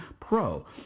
Pro